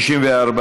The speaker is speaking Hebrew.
הצעת ועדת החוקה,